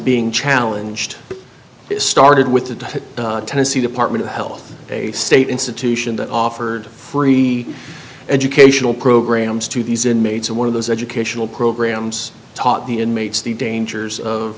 being challenged started with the tennessee department of health a state institution that offered free educational programs to these inmates and one of those educational programs taught the inmates the dangers of